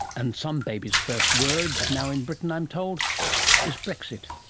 and some babies' first word now in britain i'm told is brexit.